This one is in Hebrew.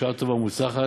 בשעה טובה ומוצלחת,